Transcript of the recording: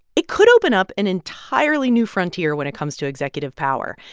it could open up an entirely new frontier when it comes to executive power.